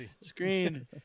screen